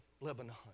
Lebanon